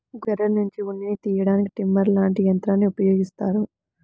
గొర్రెల్నుంచి ఉన్నిని తియ్యడానికి ట్రిమ్మర్ లాంటి యంత్రాల్ని ఉపయోగిత్తారు